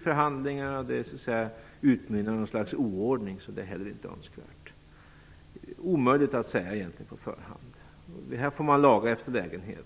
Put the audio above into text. förhandlingarna blir diffusa och den utmynnar i något slags oordning är den heller inte önskvärd. Det är omöjligt att säga på förhand. Här får man laga efter läglighet.